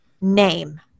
name